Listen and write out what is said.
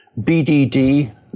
BDD